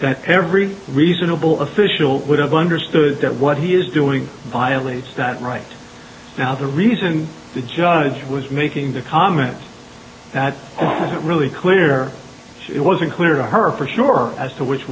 that every reasonable official would have understood that what he is doing violates that right now the reason the judge was making the comment that wasn't really clear it wasn't clear to her for sure as to which